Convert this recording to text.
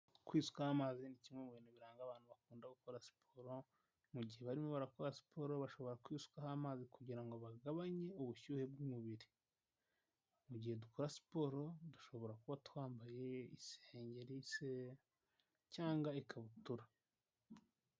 Kwisukaho amazi ni kimwe mu bintu biranga abantu bakunda gukora siporo, mu igihe barimo barakora siporo bashobora kwisukaho amazi kugira ngo bagabanye ubushyuhe bw'umubiri. Mu gihe dukora siporo dushobora kuba twambaye isengeri se cyangwa ikabutura.